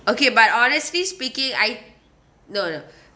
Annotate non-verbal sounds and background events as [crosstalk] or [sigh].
okay but honestly speaking I no no [breath]